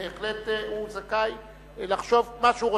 בהחלט הוא זכאי לחשוב מה שהוא רוצה,